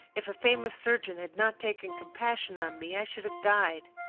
if a famous surgeon had not taken compassion on me, i should have died.